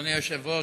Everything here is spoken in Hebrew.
אדוני היושב-ראש,